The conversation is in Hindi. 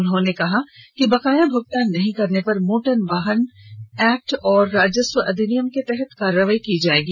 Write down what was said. उन्होंने कहा कि बकाया भुगतान नहीं करने पर मोटर वाहन एक्ट और राजस्व अधिनियम के तहत कार्रवाई की जाएगी